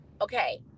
Okay